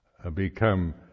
Become